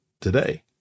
today